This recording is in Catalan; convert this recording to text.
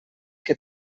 que